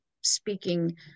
speaking